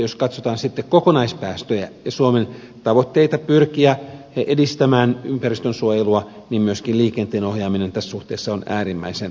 jos katsotaan sitten kokonaispäästöjä ja suomen tavoitteita pyrkiä edistämään ympäristönsuojelua niin myöskin liikenteen ohjaaminen tässä suhteessa on äärimmäisen tärkeätä